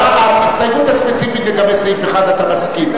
ההסתייגות הספציפית לגבי סעיף 1, אתה מסכים.